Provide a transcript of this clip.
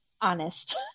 honest